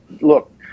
look